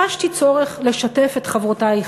חשתי צורך לשתף את חברותי,